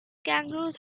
kangaroos